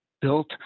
built